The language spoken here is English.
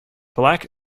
black